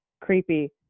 creepy